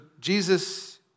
Jesus